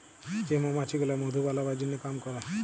যে মমাছি গুলা মধু বালাবার জনহ কাম ক্যরে